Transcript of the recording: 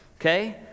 okay